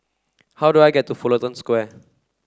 how do I get to Fullerton Square